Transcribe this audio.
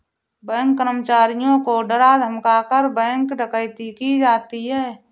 bank कर्मचारियों को डरा धमकाकर, बैंक डकैती की जाती है